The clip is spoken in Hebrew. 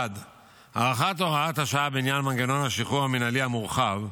1. הארכת הוראת השעה בעניין מנגנון השחרור המינהלי המורחב,